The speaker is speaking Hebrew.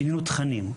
שינינו תכנים,